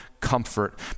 comfort